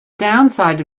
downside